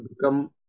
become